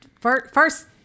first